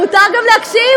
מותר גם להקשיב.